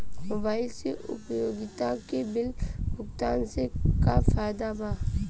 Mobile से उपयोगिता bill भुगतान से का फायदा बा?